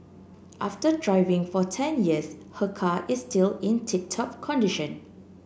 after driving for ten years her car is still in tip top condition